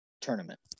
tournament